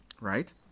Right